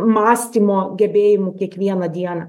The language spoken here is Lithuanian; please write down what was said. mąstymo gebėjimų kiekvieną dieną